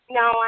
no